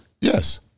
Yes